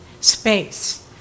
space